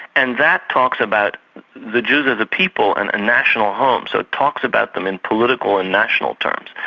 and that talks about the dues of the people and national home, so it talks about them in political and national terms.